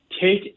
take